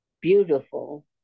beautiful